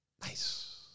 Nice